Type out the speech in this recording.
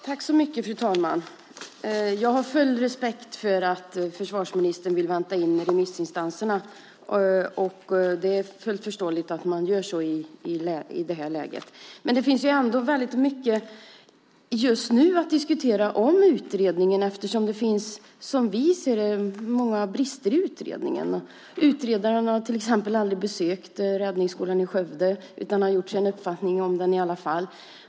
Fru talman! Jag har full respekt för att försvarsministern vill vänta in remissinstanserna. Det är fullt förståeligt att man gör så i detta läge. Men det finns ändå mycket att diskutera eftersom vi anser att det finns många brister i utredningen. Utredaren har till exempel aldrig besökt räddningsskolan i Skövde utan har gjort sig en uppfattning om den i alla fall.